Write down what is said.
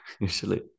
usually